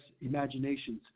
imaginations